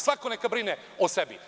Svako neka brine o sebi.